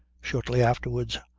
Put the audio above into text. shortly afterwards,